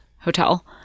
Hotel